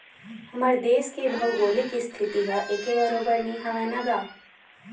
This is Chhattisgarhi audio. हमर देस के भउगोलिक इस्थिति ह एके बरोबर नइ हवय न गा